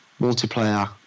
multiplayer